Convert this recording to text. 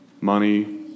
money